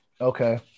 Okay